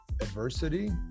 adversity